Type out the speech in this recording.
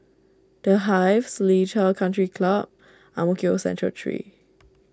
the Hive Seletar Country Club and Ang Mo Kio Central three